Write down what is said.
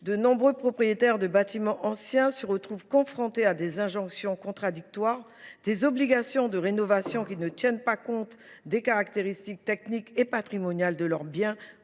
de nombreux propriétaires de bâtiments anciens sont confrontés à des injonctions contradictoires et subissent des obligations de rénovation qui ne tiennent pas compte des caractéristiques techniques et patrimoniales de leurs biens.